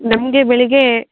ನಮಗೆ ಬೆಳಗ್ಗೆ